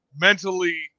mentally